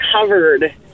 covered